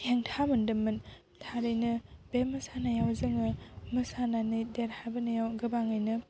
हेंथा मोन्दोंमोन थारैनो बे मोसानायाव जोङो मोसानानै देरहाबोनायाव गोबाङैनो